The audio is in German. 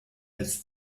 als